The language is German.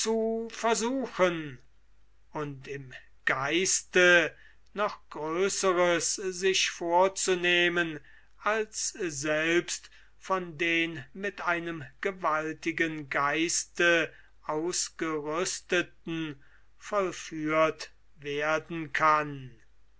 versuchen und im geiste noch größeres sich vorzunehmen als selbst von den mit einem gewaltigen geiste ausgerüsteten vollführt werden kann